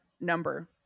number